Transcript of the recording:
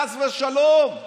חס ושלום.